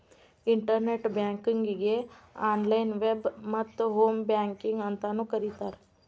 internet ಬ್ಯಾಂಕಿಂಗಗೆ online web ಮತ್ತ home banking ಅಂತಾನೂ ಕರಿತಾರ